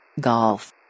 Golf